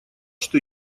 что